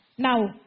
Now